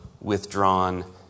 withdrawn